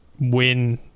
win